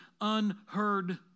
unheard